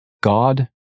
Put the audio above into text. God